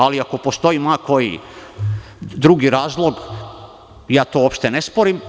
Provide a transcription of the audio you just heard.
Ali, ako postoji ma koji drugi razlog, ja to uopšte ne sporim.